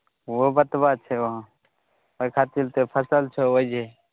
ओहो बतबा छै वहाँ ओहि खातिर तोँ फसल छहो ओहिजे